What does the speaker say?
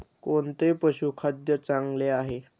कोणते पशुखाद्य चांगले आहे?